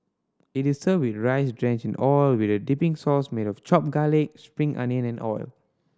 it is served with rice drenched in oil with a dipping sauce made of chopped garlic spring onion and oil